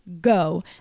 go